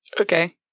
Okay